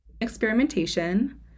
experimentation